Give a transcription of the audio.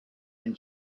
and